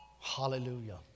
Hallelujah